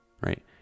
right